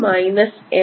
dS Ma